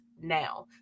now